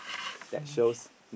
signage